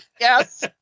Yes